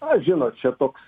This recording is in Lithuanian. ai žinot čia toks